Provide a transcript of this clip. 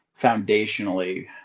foundationally